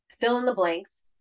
fill-in-the-blanks